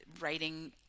writing